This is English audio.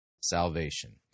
salvation